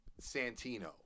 Santino